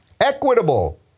equitable